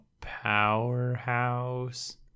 Powerhouse